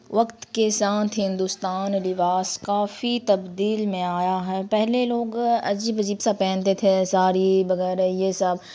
وقت کے ساتھ ہندوستان لباس کافی تبدیل میں آیا ہے پہلے لوگ عجیب عجیب سا پہنتے تھے ساری وغیرہ یہ سب